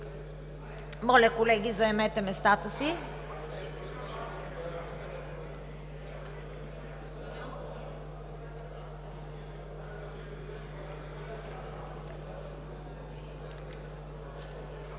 Моля, колеги, заемете местата си!